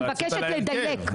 אני מבקשת לדייק.